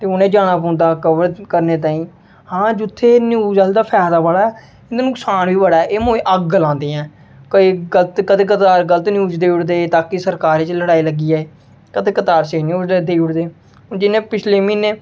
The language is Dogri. ते उ'नें जाना पौंदा कवर करने ताहीं हां जु'त्थें न्यूज़ आह्लें दा फैदा बड़ा ऐ इ'यां नुकसान बी बड़ा ऐ एह् मोए अग्ग लांदे ऐं कदें कदार गलत न्यूज़ देई ओड़दे ताकि सरकारें च लड़ाई लग्गी जाए कदें कदार स्हेई देई ओड़दे हून जि'यां पिच्छलें म्हीनें